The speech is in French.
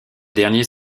derniers